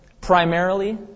primarily